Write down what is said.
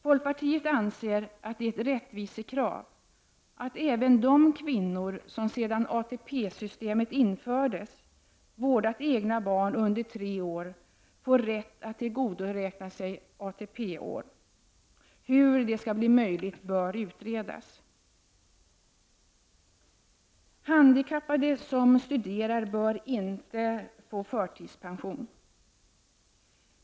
Folkpartiet anser att det är ett rättvisekrav att även de kvinnor som sedan ATP-systemet infördes vårdat egna barn under tre års ålder, får rätt att tillgodoräkna sig ATP-år. Hur det skall bli möjligt bör utredas. Handikappade som studerar bör inte förtidspensioneras.